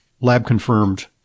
lab-confirmed